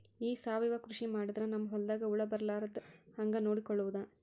ಈ ಸಾವಯವ ಕೃಷಿ ಮಾಡದ್ರ ನಮ್ ಹೊಲ್ದಾಗ ಹುಳ ಬರಲಾರದ ಹಂಗ್ ನೋಡಿಕೊಳ್ಳುವುದ?